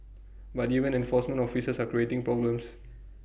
but even enforcement officers are creating problems